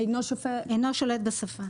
אינו שולט בשפה.